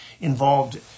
involved